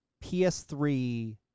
PS3